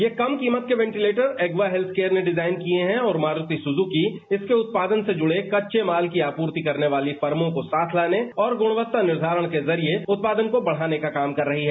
ये कम कीमत के वेंटीलेटर एग्वार हैल्थ केयर ने डिजाइन किए हैं और मारूति सुजूकी इसके उत्पादन से जुड़े कच्चे माल की आपूर्ति करने वाली फर्मो को साथ लाने और गुणवत्ता निर्धारण को जरिये इस उत्पादन को बढ़ाने का काम कर रही है